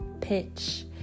pitch